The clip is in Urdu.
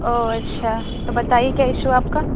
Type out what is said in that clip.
او اچھا تو بتائیے کیا اشو ہے آپ کا